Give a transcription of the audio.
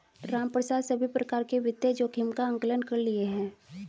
रामप्रसाद सभी प्रकार के वित्तीय जोखिम का आंकलन कर लिए है